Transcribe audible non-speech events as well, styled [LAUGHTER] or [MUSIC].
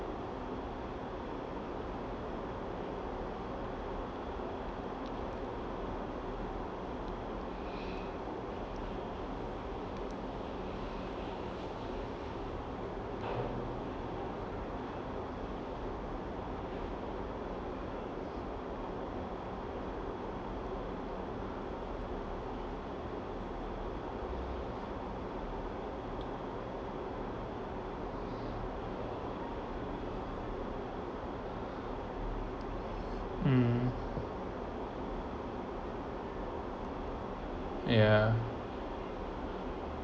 [BREATH] mm yeah